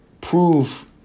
prove